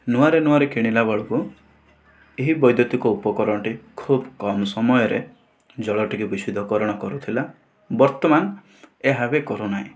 ନୂଆରେ ନୂଆରେ କିଣିଲା ବେଳକୁ ଏହି ବୈଦ୍ୟୁତିକ ଉପକରଣଟି ଖୁବ କମ ସମୟରେ ଜଳଟିକୁ ବିଶୁଦ୍ଧିକରଣ କରୁଥିଲା ବର୍ତ୍ତମାନ ଏହା ବି କରୁନାହିଁ